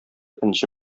энҗе